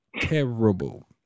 terrible